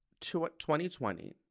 2020